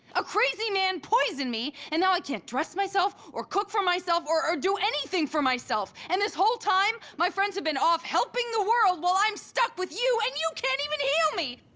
a crazy man poisoned me. and now i can't dress myself, or cook for myself or or do anything for myself. and this whole time, my friends have been off helping the world, while i'm stuck with you. and you can't even heal me!